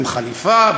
עם חליפה,